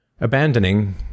Abandoning